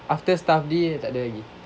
after staff day takde lagi